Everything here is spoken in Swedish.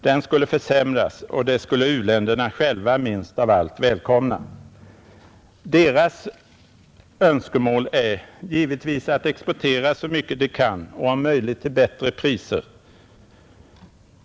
Den skulle försämras, och det skulle u-länderna själva minst av allt välkomna. Deras önskemål är givetvis att exportera så mycket de kan och om möjligt till bättre priser.